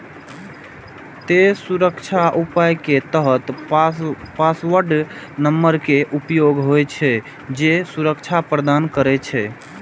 तें सुरक्षा उपाय के तहत पासवर्ड नंबर के उपयोग होइ छै, जे सुरक्षा प्रदान करै छै